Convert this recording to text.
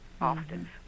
often